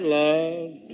love